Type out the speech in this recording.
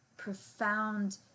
profound